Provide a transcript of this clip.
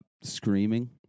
screaming